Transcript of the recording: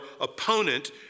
opponent